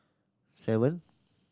seven